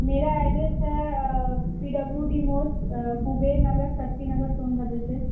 मेरा एड्रेस है P W D मोड़ कुबेर नगर शक्तिनगर सोनभद्र से